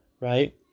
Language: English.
right